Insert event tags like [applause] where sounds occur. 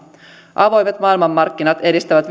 avoimet maailmanmarkkinat edistävät [unintelligible]